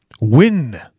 Win